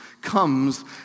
comes